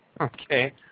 Okay